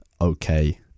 okay